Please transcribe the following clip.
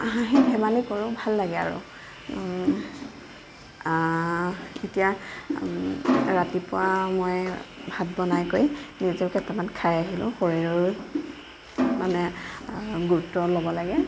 হাঁহি ধেমালি কৰোঁ ভাল লাগে আৰু এতিয়া ৰাতিপুৱা মই ভাত বনাই কৰি নিজে কেইটামান খাই আহিলো শৰীৰৰো মানে গুৰুত্ব ল'ব লাগে